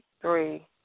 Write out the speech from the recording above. three